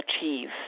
achieve